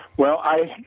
well, i